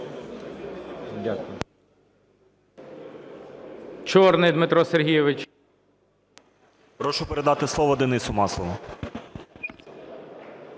Дякую.